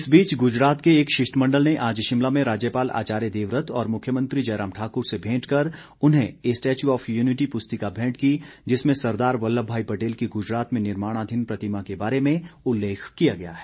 इस बीच गुजरात के एक शिष्टमंडल ने आज शिमला में राज्यपाल आचार्य देवव्रत और मुख्यमंत्री जयराम ठाकुर से भेंट कर उन्हें ए स्टैच्यू ऑफ यूनिटी पुस्तिका भेंट की जिसमें सरदार वल्लभ भाई पटेल की गुजरात में निर्माणाधीन प्रतिमा के बारे में उल्लेख किया गया है